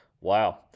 Wow